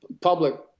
public